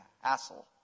hassle